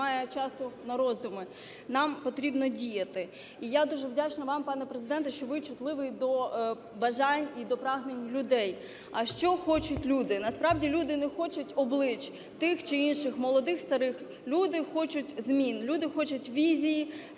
немає часу на роздуми, нам потрібно діяти. І я дуже вдячна вам, пане Президенте, що ви чутливий до бажань і до прагнень людей. А що хочуть люди? Насправді люди не хочуть облич тих чи інших, молодих, старих, люди хочуть змін. Люди хочуть візій,